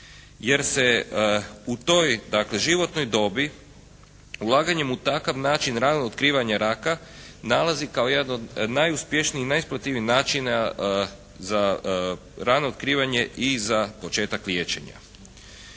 jer se u toj dakle životnoj dobi ulaganjem u takav način ranog otkrivanja raka nalazi kao jedan od najuspješnijih i najisplativijih načina za rano otkrivanje i za početak liječenja.